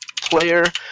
player